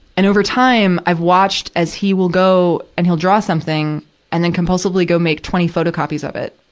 and, over time, i've watched as he will go and he'll draw something and then compulsively go make twenty photocopies of it.